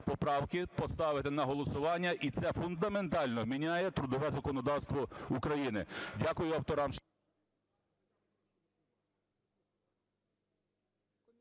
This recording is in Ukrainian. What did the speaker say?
поправки поставити на голосування, і це фундаментально міняє трудове законодавство України. Дякую авторам…